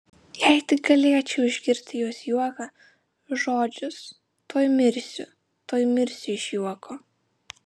jei tik galėčiau išgirsti jos juoką žodžius tuoj mirsiu tuoj mirsiu iš juoko